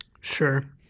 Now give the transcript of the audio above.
Sure